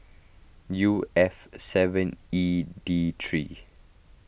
U F seven E D three